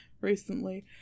recently